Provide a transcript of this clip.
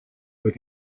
with